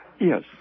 Yes